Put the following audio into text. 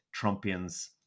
Trumpians